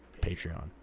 Patreon